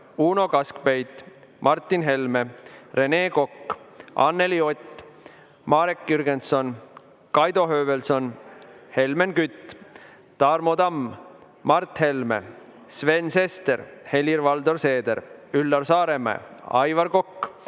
Uno Kaskpeit, Martin Helme, Rene Kokk, Anneli Ott, Marek Jürgenson, Kaido Höövelson, Helmen Kütt, Tarmo Tamm, Mart Helme, Sven Sester, Helir-Valdor Seeder, Üllar Saaremäe, Aivar Kokk,